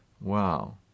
Wow